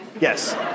Yes